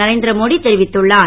நரேந்திரமோடி தெரிவித்துள்ளார்